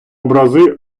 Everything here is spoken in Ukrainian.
образи